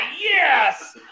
yes